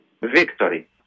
victory